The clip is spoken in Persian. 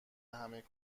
همه